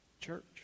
church